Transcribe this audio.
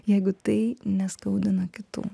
jeigu tai neskaudina kitų